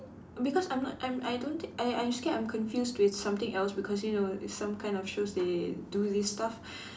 because I'm not I'm I don't think I I'm scared I'm confused to something else because you know some kind of shows they do this stuff